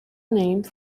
name